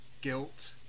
guilt